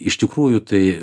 iš tikrųjų tai